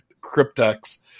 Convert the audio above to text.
Cryptex